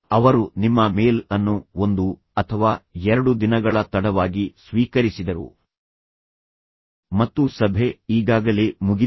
ಅವರು ನಿಮ್ಮ ಮೇಲ್ ಅನ್ನು ಒಂದು ಅಥವಾ ಎರಡು ದಿನಗಳ ತಡವಾಗಿ ಸ್ವೀಕರಿಸಿದರು ಮತ್ತು ಸಭೆ ಈಗಾಗಲೇ ಮುಗಿದಿದೆ